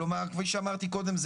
כפי שאמרתי קודם,